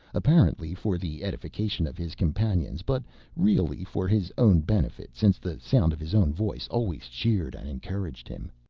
apparently for the edification of his companions, but really for his own benefit since the sound of his own voice always cheered and encouraged him.